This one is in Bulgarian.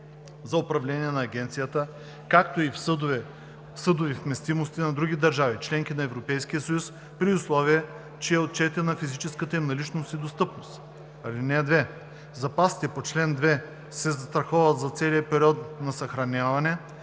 за управление на агенцията, както и в съдови вместимости на други държави – членки на Европейския съюз, при условие че е отчетена физическата им наличност и достъпност. (2) Запасите по чл. 2 се застраховат за целия период на съхраняване,